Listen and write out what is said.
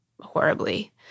horribly